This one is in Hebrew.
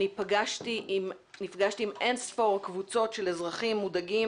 נפגשתי עם אין ספור קבוצות של אזרחים מודאגים